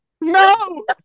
No